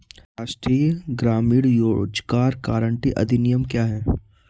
राष्ट्रीय ग्रामीण रोज़गार गारंटी अधिनियम क्या है?